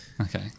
Okay